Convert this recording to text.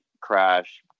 crash